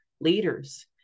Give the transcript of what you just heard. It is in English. leaders